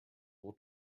will